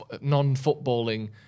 non-footballing